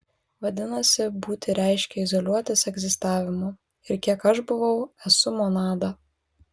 vadinasi būti reiškia izoliuotis egzistavimu ir kiek aš būvu esu monada